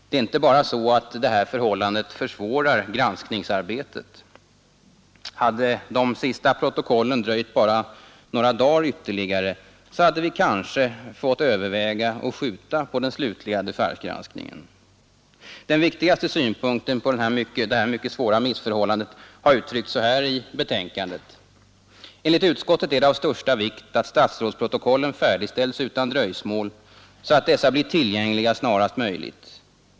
Det är inte bara så att detta förhållande försvårar granskningsarbetet. Hade de sista protokollen dröjt bara några dagar ytterligare, så hade vi kanske fått överväga att skjuta på den slutliga dechargebehandlingen. Den viktigaste synpunkten på detta mycket svåra missförhållande har uttryckts så här i betänkandet: ”Enligt utskottet är det av största vikt att statsrådsprotokollen färdigställs utan dröjsmål så att dessa blir tillgängliga snarast möjligt.